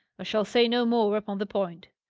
shall say no more upon the point.